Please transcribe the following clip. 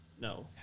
No